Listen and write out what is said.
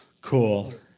cool